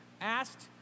asked